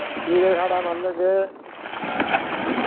केह् ऐ साढ़ा मतलब कि